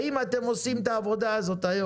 האם אתם עושים את העבודה הזאת היום?